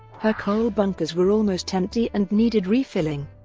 her coal bunkers were almost empty and needed refilling.